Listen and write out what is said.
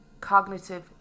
Cognitive